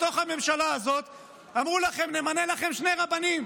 בתוך הממשלה הזאת אמרו לכם: נמנה לכם שני רבנים,